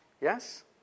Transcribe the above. Yes